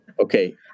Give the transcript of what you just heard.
Okay